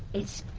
it's